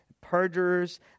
perjurers